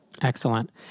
Excellent